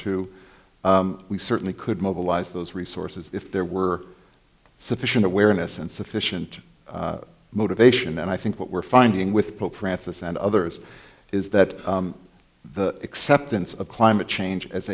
two we certainly could mobilize those resources if there were sufficient awareness and sufficient motivation and i think what we're finding with pope francis and others is that the acceptance of climate change as